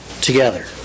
together